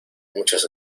muchas